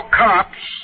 cops